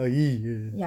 uh !eeyer!